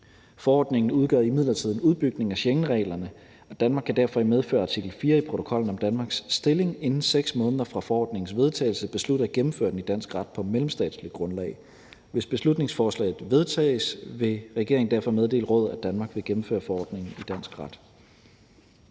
Forordningen udgør imidlertid en udbygning af Schengenreglerne, og Danmark kan derfor i medfør af artikel 4 i protokollen om Danmarks stilling inden 6 måneder fra forordningens vedtagelse beslutte at gennemføre den i dansk ret på mellemstatsligt grundlag. Hvis beslutningsforslaget vedtages, vil regeringen derfor meddele Rådet, at Danmark vil gennemføre forordningen i dansk ret.